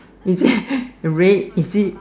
is it red is it